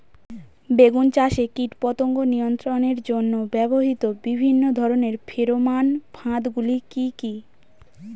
বেগুন চাষে কীটপতঙ্গ নিয়ন্ত্রণের জন্য ব্যবহৃত বিভিন্ন ধরনের ফেরোমান ফাঁদ গুলি কি কি?